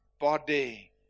body